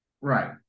Right